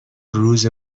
روز